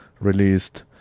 released